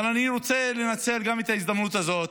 אבל אני רוצה גם לנצל את ההזדמנות הזאת,